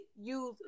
use